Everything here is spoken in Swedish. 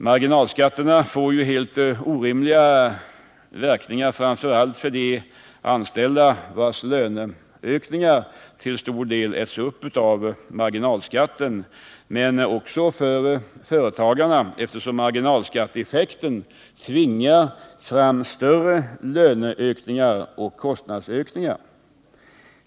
Marginalskatterna får ju helt orimliga verkningar, framför allt för de anställda vars löneökningar till stor del äts upp av marginalskatten, men också för företagarna eftersom marginalskatteeffekten tvingar fram större löneökningar och kostnadsökningar.